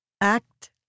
act